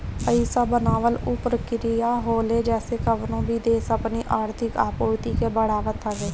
पईसा बनावल उ प्रक्रिया होला जेसे कवनो भी देस अपनी आर्थिक आपूर्ति के बढ़ावत हवे